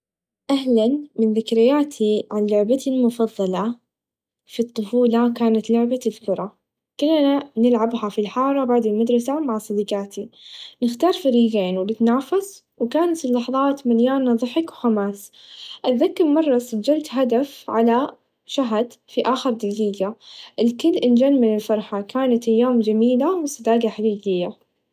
أهلا من ذكرياتي عن لعبتي المفظله في الطفوله كانت لعبه الكره كلنا نلعبها في الحاره بعد المدرسه مع صديقاتي نختار فريقين و نتنافس و كانت اللحظات مليانه ظحك و حماس اتذكر مره سجلت هدف على شهد في آخر دقيقه الكل إنچن من الفرحه كانت ايام چميله و صداقه حقيقيه.